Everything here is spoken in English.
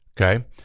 Okay